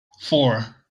four